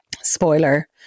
Spoiler